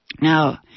Now